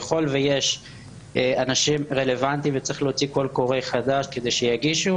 ככל ויש אנשים רלוונטיים וצריך להוציא קול קורא חדש כדי שיגישו,